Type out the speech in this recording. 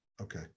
Okay